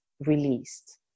released